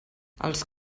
els